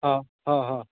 ହଁ ହଁ ହଁ